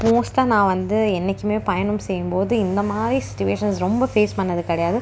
மோஸ்டாக நான் வந்து என்றைக்குமே பயணம் செய்யும்போது இந்த மாதிரி சுச்சிவேஷன்ஸ் ரொம்ப ஃபேஸ் பண்ணது கிடையாது